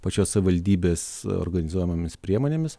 pačios savivaldybės organizuojamomis priemonėmis